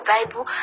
Bible